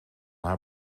haar